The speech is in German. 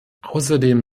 außerdem